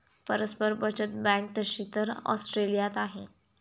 परस्पर बचत बँक तशी तर ऑस्ट्रेलियात आहे